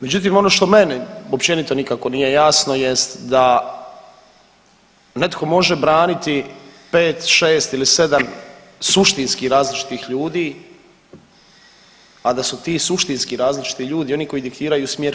Međutim ono što meni općenito nikako nije jasno jest da netko može braniti 5-6 ili 7 suštinski različitih ljudi, a da su ti suštinski različiti ljudi oni koji diktiraju smjer politike kojoj ja pripadam, dakle to je ono što ne mogu razumjet, a i dalje vjerujem u Hrvatsku u kojoj će i u parlamentarnoj većini, dakle i sa lijevog spektra i sa desnog i sa centra, zapravo svi oni koji tu budu živjeti taj ideal i stati iza njih.